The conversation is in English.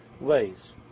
ways